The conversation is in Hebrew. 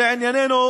ולענייננו,